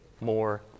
more